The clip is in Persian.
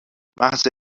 محض